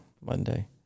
Monday